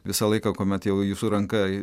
visą laiką kuomet jau jūsų ranka